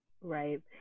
right